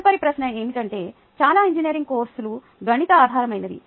తదుపరి ప్రశ్న ఏమిటంటే చాలా ఇంజనీరింగ్ కోర్సులు గణిత ఆధారమైనవి